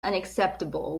unacceptable